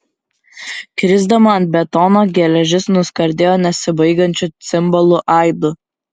krisdama ant betono geležis nuskardėjo nesibaigiančiu cimbolų aidu